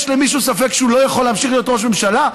יש למישהו ספק שהוא לא יכול להמשיך להיות ראש ממשלה?